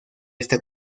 esta